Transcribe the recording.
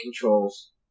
controls